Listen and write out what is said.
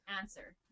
Answer